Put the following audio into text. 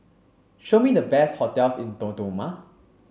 show me the best hotels in Dodoma